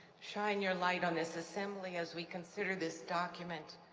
shine your light on this assembly as we consider this document,